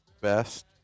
best